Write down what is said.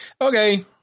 Okay